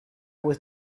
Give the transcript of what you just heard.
was